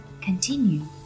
Continue